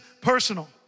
personal